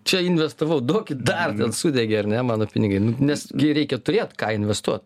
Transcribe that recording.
čia investavau duokit dar ten sudegė ar ne mano pinigai nes gi reikia turėt ką investuot